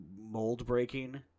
mold-breaking